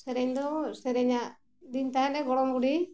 ᱥᱮᱨᱮᱧ ᱫᱚ ᱥᱮᱨᱮᱧᱟᱜ ᱫᱤᱧ ᱛᱟᱦᱮᱱᱮ ᱜᱚᱲᱚᱢ ᱵᱩᱰᱦᱤ